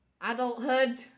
Adulthood